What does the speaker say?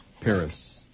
Paris